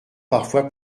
parfois